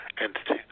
entity